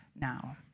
now